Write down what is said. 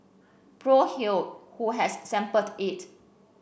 Prof Hew who has sampled it